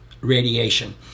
radiation